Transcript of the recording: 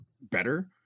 better